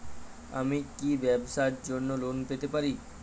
আমি কি ব্যবসার জন্য লোন পেতে পারি?